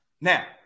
Now